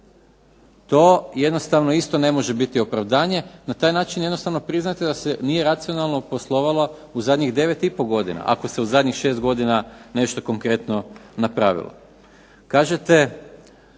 To jednostavno isto ne može biti opravdanje na taj način jednostavno priznati da se nije racionalno poslovalo u zadnjih 9 i pol godina, ako se u zadnjih 6 godina nešto konkretno napravilo.